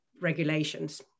regulations